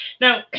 Now